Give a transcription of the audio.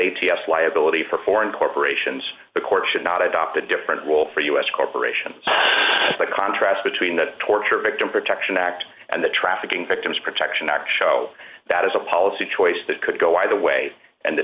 s liability for foreign corporations the court should not adopt a different role for u s corporations by contrast between the torture victim protection act and the trafficking victims protection act show that is a policy choice that could go either way and the